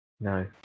no